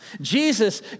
Jesus